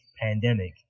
pandemic